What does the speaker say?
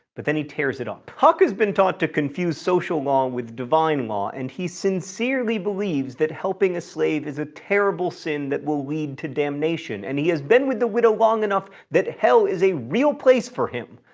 but then he tears it up. huck has been taught to confuse social law with divine law. and he sincerely believes that helping a slave is a terrible sin that will lead to damnation. and he has been with the widow long enough that hell is a real place for him,